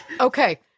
okay